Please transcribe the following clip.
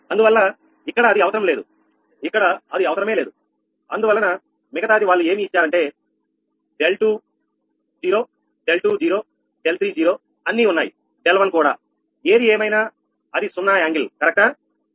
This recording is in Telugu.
అందువల్ల ఇక్కడ అది అవసరం లేదు ఇక్కడ అది అవసరం లేదు అందువలన మిగతాది వాళ్ళు ఏమీ ఇచ్చారంటే 𝛿20 𝛿20 𝛿30 అన్నీ ఉన్నాయి 𝛿1 కూడా ఏది ఏమైనా నా అది సున్నాకోణం అవునా